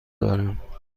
دارم